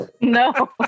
no